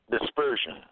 Dispersion